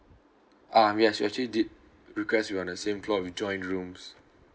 um yes we actually did request to be on the same floor with joined rooms